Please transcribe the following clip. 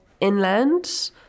inland